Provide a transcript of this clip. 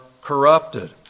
corrupted